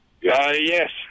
Yes